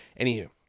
anywho